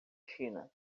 china